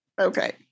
Okay